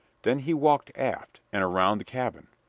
then he walked aft and around the cabin.